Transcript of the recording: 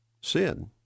sin